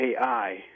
AI